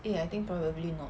eh I think probably not